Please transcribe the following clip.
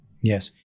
Yes